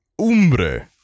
Umbre